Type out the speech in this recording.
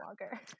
longer